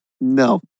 No